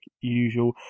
usual